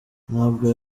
ntabwo